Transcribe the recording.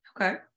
okay